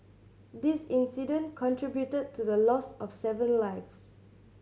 this incident contributed to the loss of seven lives